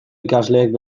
ikasleek